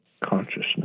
consciousness